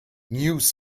news